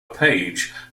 page